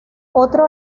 otro